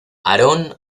aaron